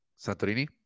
Santorini